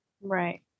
Right